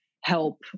help